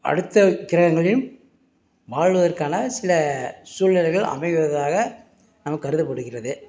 அடுத்த கிரங்கங்கள்லேயும் வாழ்வதற்கான சில சூல்நிலைகள் அமைவதாக நம்ம கருதப்படுகிறது